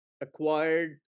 acquired